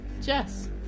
Jess